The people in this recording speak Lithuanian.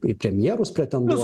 jai kaip premjerus pretenduos